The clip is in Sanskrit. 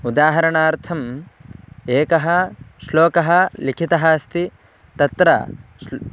उदाहरणार्थम् एकः श्लोकः लिखितः अस्ति तत्र श्ल्